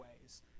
ways